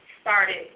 started